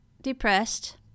depressed